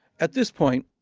at this point,